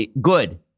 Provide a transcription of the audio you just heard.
good